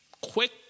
quick